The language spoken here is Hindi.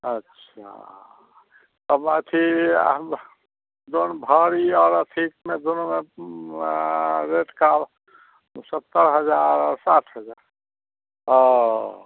अच्छा अब अथी हम जौन भार ई और अथी इसमें दोनों में रेट का अब सत्तर हज़ार और साठ हज़ार औ